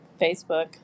Facebook